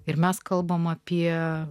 ir mes kalbame apie